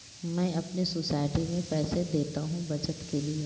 मैं अपने सोसाइटी में पैसे देता हूं बचत के लिए